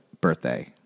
birthday